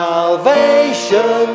Salvation